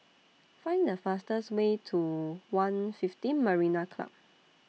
Find The fastest Way to one fifteen Marina Club